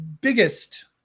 biggest